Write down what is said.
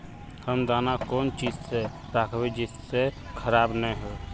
हम दाना कौन चीज में राखबे जिससे खराब नय होते?